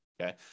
Okay